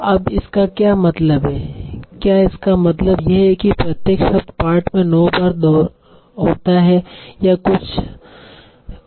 अब इसका क्या मतलब है क्या इसका मतलब यह है कि प्रत्येक शब्द पाठ में 9 बार होता है या यह कुछ अलग है